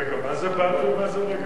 רגע, מה זה בעד ומה זה נגד?